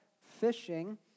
fishing